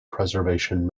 preservation